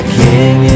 king